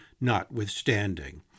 notwithstanding